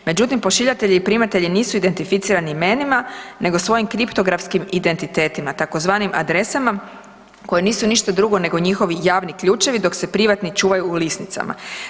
Međutim, pošiljatelji i primatelji nisu identificirani imenima nego svojim kriptografskim identitetima tzv. adresama koje nisu ništa drugo nego njihovi javni ključevi, dok se privatni čuvaju u lisnicama.